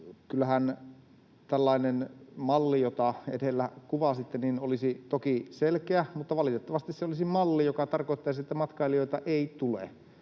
kyllähän tällainen malli, jota edellä kuvasitte, olisi toki selkeä, mutta valitettavasti se olisi malli, joka tarkoittaisi sitä, että matkailijoita ei tule.